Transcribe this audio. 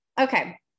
Okay